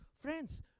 Friends